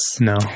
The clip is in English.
No